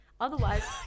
Otherwise